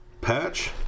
Patch